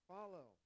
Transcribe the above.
Follow